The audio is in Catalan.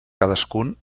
cadascun